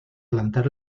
plantar